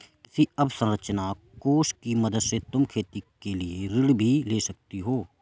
कृषि अवसरंचना कोष की मदद से तुम खेती के लिए ऋण भी ले सकती हो